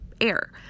air